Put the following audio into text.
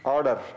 Order